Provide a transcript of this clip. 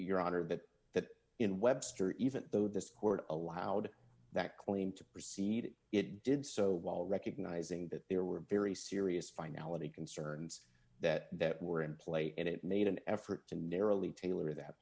your honor that that in webster even though this court allowed that claim to proceed it did so while recognizing that there were very serious finality concerns that that were in play and it made an effort to narrowly tailored that